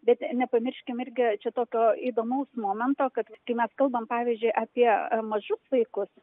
bet nepamirškim irgi čia tokio įdomaus momento kad visgi mes kalbam pavyzdžiui apie mažus vaikus